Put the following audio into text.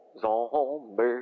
Zombie